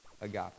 agape